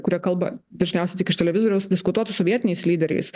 kurie kalba dažniausiai tik iš televizoriaus diskutuotų su vietiniais lyderiais